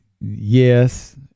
yes